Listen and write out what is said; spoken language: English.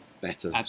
better